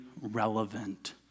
relevant